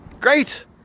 Great